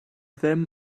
ddim